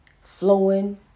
Flowing